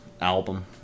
album